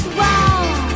wow